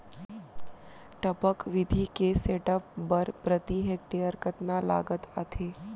टपक विधि के सेटअप बर प्रति हेक्टेयर कतना लागत आथे?